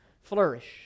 flourish